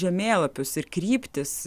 žemėlapius ir kryptis